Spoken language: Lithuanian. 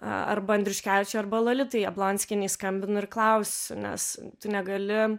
arba andriuškevičiui arba lolitai jablonskienei skambinu ir klausiu nes tu negali